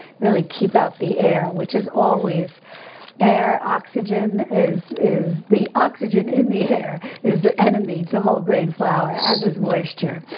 really keep out the air, which is always air, oxygen is, the oxygen in the air is the enemy to whole grain flour as is moisture.